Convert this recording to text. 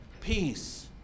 peace